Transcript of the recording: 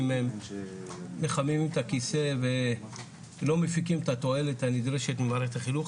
הם מחממים את הכיסא ולא מפיקים את התועלת הנדרשת ממערכת החינוך,